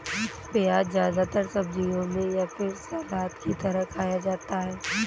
प्याज़ ज्यादातर सब्जियों में या फिर सलाद की तरह खाया जाता है